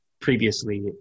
previously